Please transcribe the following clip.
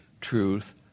truth